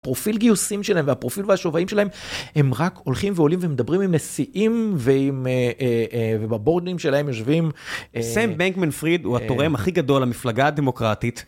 פרופיל גיוסים שלהם והפרופיל והשווים שלהם הם רק הולכים ועולים ומדברים עם נשיאים ובבורדים שלהם יושבים. סם בנקמן פריד הוא התורם הכי גדול למפלגה הדמוקרטית.